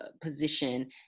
position